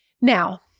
Now